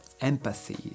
empathy